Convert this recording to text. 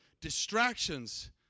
distractions